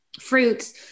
fruits